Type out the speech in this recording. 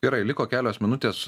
gerai liko kelios minutės